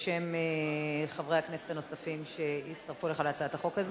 ובשם חברי הכנסת הנוספים שהצטרפו אליך בהצעת החוק הזו.